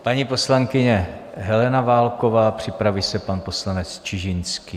Paní poslankyně Helena Válková, připraví se pan poslanec Čižinský.